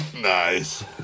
Nice